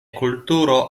kulturo